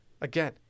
Again